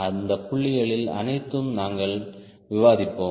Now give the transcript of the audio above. அந்த புள்ளிகள் அனைத்தும் நாங்கள் விவாதிப்போம்